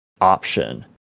option